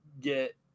get